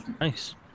nice